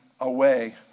away